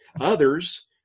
Others